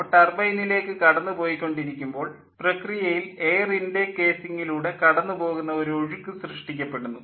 അവ ടർബൈനിലേക്ക് കടന്നു പോയിക്കൊണ്ടിരിക്കുമ്പോൾ പ്രകിയയിൽ എയർ ഇൻടേക്ക് കേസിംഗിലൂടെ കടന്നുപോകുന്ന ഒരു ഒഴുക്ക് സൃഷ്ടിക്കപ്പെടുന്നു